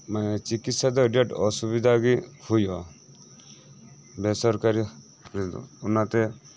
ᱢᱟᱱᱮ ᱪᱤᱠᱤᱛᱥᱟ ᱫᱚ ᱟᱹᱰᱤ ᱟᱴ ᱚᱥᱩᱵᱤᱫᱷᱟᱜᱤ ᱦᱳᱭᱳᱜᱼᱟ ᱵᱮᱥᱚᱨᱠᱟᱨᱤ ᱨᱮᱫᱚ ᱚᱱᱟ ᱛᱮ